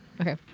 Okay